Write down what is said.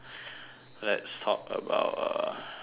let's talk about uh